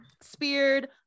speared